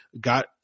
got